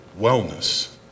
wellness